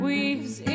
Weaves